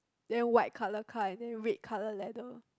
then white colour car and then red colour leather